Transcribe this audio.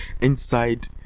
inside